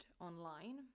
online